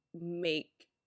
make